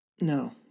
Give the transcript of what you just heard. No